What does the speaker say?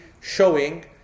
showing